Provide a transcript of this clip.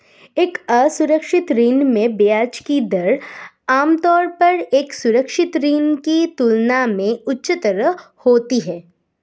एक असुरक्षित ऋण में ब्याज की दर आमतौर पर एक सुरक्षित ऋण की तुलना में उच्चतर होती है?